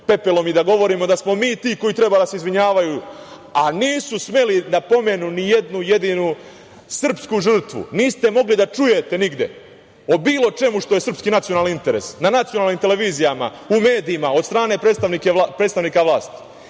pepelom i da govorimo da smo mi ti koji treba da se izvinjavaju, a nisu smeli da pomenu nijednu jedinu srpsku žrtvu. Niste mogli da čujete nigde o bilo čemu što je srpski nacionalni interes, na nacionalnim televizija, u medijima od strane predstavnika vlasti.I